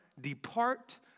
depart